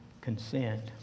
consent